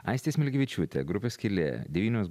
aistė smilgevičiūtė grupė skylė devynios